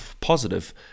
positive